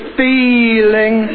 feeling